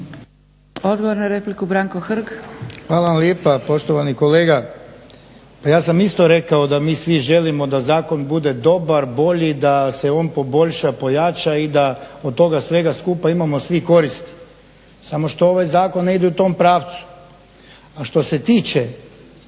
Odgovor na repliku Branko Hrg.